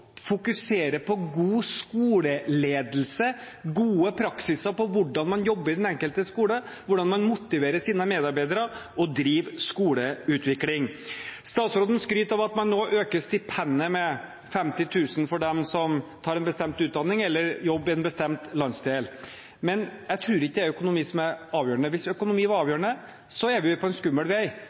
fokusere på god skoleledelse, god praksis for hvordan man jobber i den enkelte skole, hvordan man motiverer sine medarbeidere og driver skoleutvikling. Statsråden skryter av at man nå øker stipendet med 50 000 kr for dem som tar en bestemt utdanning eller jobber i en bestemt landsdel. Men jeg tror ikke det er økonomi som er avgjørende. Hvis økonomi var avgjørende, var vi på en skummel vei,